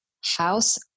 house